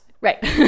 right